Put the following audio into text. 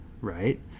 right